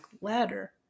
ladder